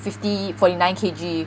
fifty forty nine K_G